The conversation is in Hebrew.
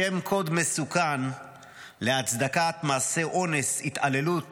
שם קוד מסוכן להצדקת מעשי אונס, התעללות